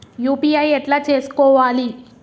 UPI ఎట్లా చేసుకోవాలి?